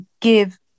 give